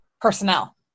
personnel